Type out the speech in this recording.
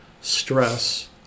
stress